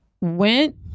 went